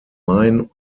main